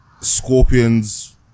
scorpions